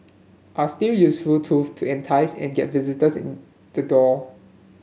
are still useful tools to entice and get visitors in the door